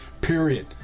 period